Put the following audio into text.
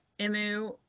emu